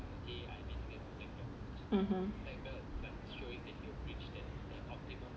mmhmm